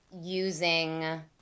using